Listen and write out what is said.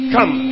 Come